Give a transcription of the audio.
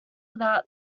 without